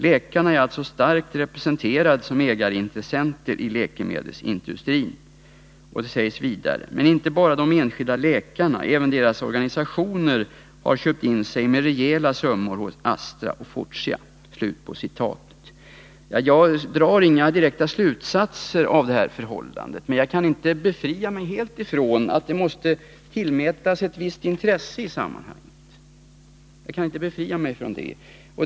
Läkarna är alltså starkt representerade som ägarintressenter i läkemedelsindustrin.” Det sägs vidare i tidningsartikeln: ”Men inte bara de enskilda läkarna. Även deras egna organisationer har köpt in sig med rejäla summor hos Astra och Fortia.” Jag drar inga direkta slutsatser av de förhållanden som här redovisats, men jag kan inte helt befria mig från att de måste tillmätas visst intresse i sammanhanget.